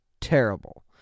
terrible